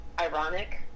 ironic